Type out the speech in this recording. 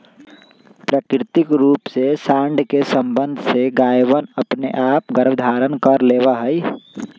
प्राकृतिक रूप से साँड के सबंध से गायवनअपने आप गर्भधारण कर लेवा हई